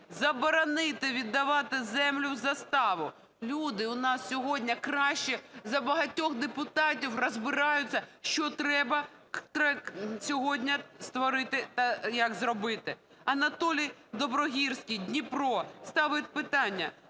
заборонити віддавати землю в заставу". Люди у нас сьогодні кращі за багатьох депутатів розбираються, що треба сьогодні створити та як зробити. Анатолій Доброгірський, Дніпро, ставить питання: